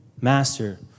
Master